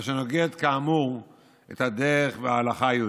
מה שנוגד כאמור את הדרך ואת ההלכה היהודית.